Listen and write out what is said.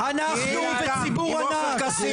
אנחנו זה ציבור ענק,